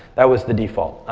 that was the default.